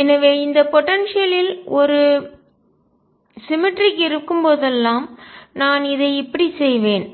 எனவே இந்த போடன்சியல்லில் ஆற்றல் ஒரு சிமெட்ரிக் சமச்சீர்நிலை இருக்கும்போதெல்லாம் நான் இதை இப்படிச் செய்வேன்